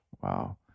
Wow